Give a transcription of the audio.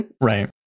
Right